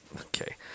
Okay